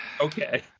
Okay